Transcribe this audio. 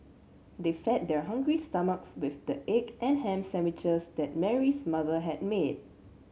they fed their hungry stomachs with the egg and ham sandwiches that Mary's mother had made